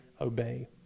obey